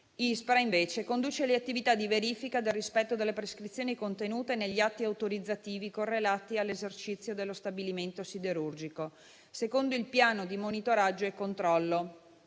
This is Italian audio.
(ISPRA) invece conduce le attività di verifica del rispetto delle prescrizioni contenute negli atti autorizzativi correlati all'esercizio dello stabilimento siderurgico, secondo il piano di monitoraggio e controllo